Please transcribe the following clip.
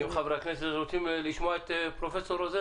אם חברי הכנסת רוצים לשמוע את פרופ' רוזן,